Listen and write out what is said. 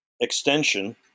extension